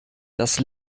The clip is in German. das